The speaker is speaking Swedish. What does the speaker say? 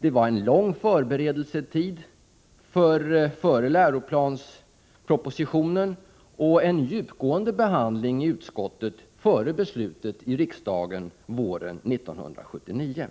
Det var en lång förberedelsetid före läroplanspropositionen och en djupgående behandling i utskottet före beslutet i riksdagen våren 1979.